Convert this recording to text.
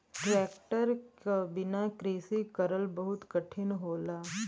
tractor क बिना कृषि करल बहुत कठिन होला